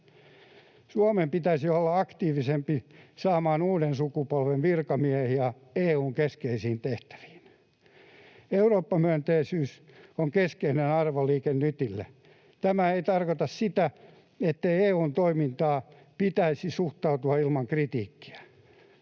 Suomen pitäisi olla aktiivisempi saamaan uuden sukupolven virkamiehiä EU:n keskeisiin tehtäviin. Eurooppa-myönteisyys on keskeinen arvo Liike Nytille. Tämä ei tarkoita sitä, että EU:n toimintaan pitäisi suhtautua ilman kritiikkiä.